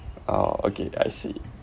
oh okay I see